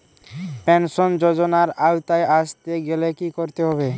Pension যজোনার আওতায় আসতে গেলে কি করতে হবে?